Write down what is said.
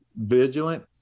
vigilant